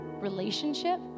relationship